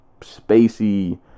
spacey